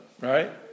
Right